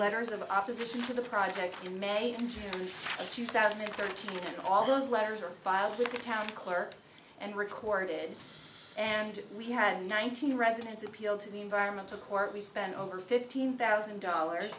letters of opposition to the project in may of two thousand and thirteen and all those letters were filed with the town clerk and recorded and we had nineteen residents appealed to the environment to court we spent over fifteen thousand dollars